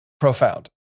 profound